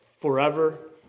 forever